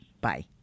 Bye